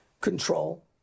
control